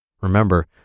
Remember